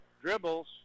dribbles